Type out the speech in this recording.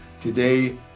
today